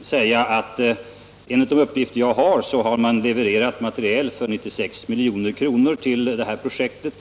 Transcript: säga att enligt de uppgifter jag fått har man levererat material för 96 milj.kr. till projektet.